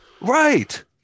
Right